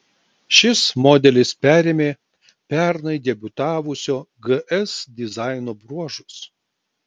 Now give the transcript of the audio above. šis modelis perėmė pernai debiutavusio gs dizaino bruožus